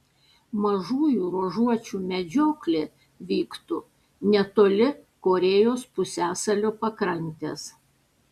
mažųjų ruožuočių medžioklė vyktų netoli korėjos pusiasalio pakrantės